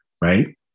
Right